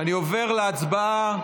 אני עובר להצבעה.